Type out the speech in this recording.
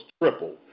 triple